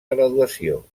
graduació